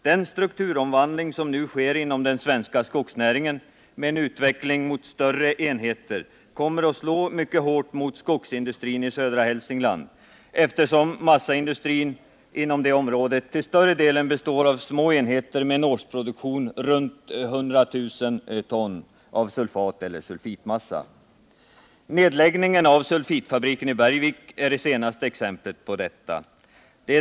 Den strukturomvandling som nu äger rum inom den svenska skogsnäringen, med en utveckling i riktning mot större enheter, kommer att slå mycket hårt mot skogsindustrin i södra Hälsingland, eftersom massaindustrin inom det området till större delen består av små enheter med en årsproduktion runt 100 000 ton sulfateller sulfitmassa. Nedläggningen av sulfitfabriken i Bergvik är det senaste exemplet på detta.